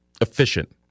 efficient